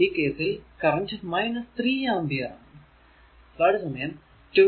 ഈ കേസിൽ current 3 ampere ആണ്